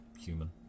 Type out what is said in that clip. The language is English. human